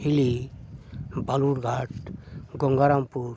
ᱦᱤᱞᱤ ᱵᱟᱞᱩᱨᱜᱷᱟᱴ ᱜᱚᱝᱜᱟᱨᱟᱢᱯᱩᱨ